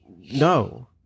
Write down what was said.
no